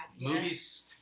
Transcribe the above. Movies